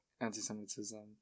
anti-Semitism